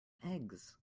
eggs